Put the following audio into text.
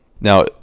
Now